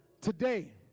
Today